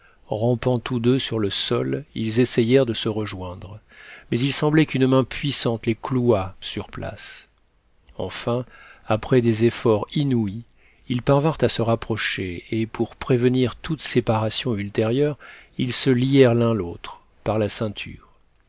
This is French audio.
rampant tous deux sur le sol ils essayèrent de se rejoindre mais il semblait qu'une main puissante les clouât sur place enfin après des efforts inouïs ils parvinrent à se rapprocher et pour prévenir toute séparation ultérieure ils se lièrent l'un l'autre par la ceinture